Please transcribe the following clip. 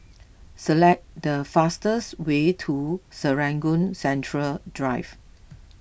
select the fastest way to Serangoon Central Drive